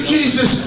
Jesus